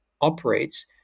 operates